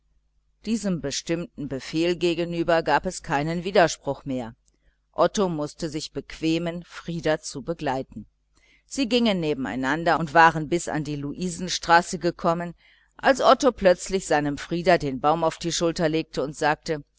diesem bestimmten befehl gegenüber gab es keinen widerspruch mehr otto mußte sich bequemen frieder zu begleiten sie gingen nebeneinander und waren bis an die luisenstraße gekommen als otto plötzlich seinem frieder den baum auf die schulter legte und sagte